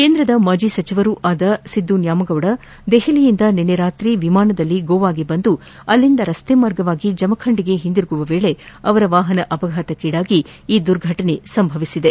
ಕೇಂದ್ರದ ಮಾಜಿ ಸಚಿವರೂ ಆದ ಸಿದ್ದು ನ್ಯಾಮಗೌಡ ದೆಹಲಿಯಿಂದ ನಿನ್ನೆ ರಾತ್ರಿ ವಿಮಾನದಲ್ಲಿ ಗೋವಾಗೆ ಬಂದು ಅಲ್ಲಿಂದ ರಸ್ತೆ ಮಾರ್ಗವಾಗಿ ಜಮಖಂಡಿಗೆ ಹಿಂದಿರುಗುವ ವೇಳೆ ಅವರ ವಾಹನ ಅಪಘಾತಕ್ಕೀಡಾಗಿ ಈ ದುರ್ಘಟನೆ ಸಂಭವಿಸಿದೆ